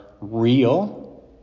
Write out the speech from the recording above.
real